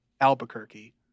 Albuquerque